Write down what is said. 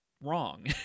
wrong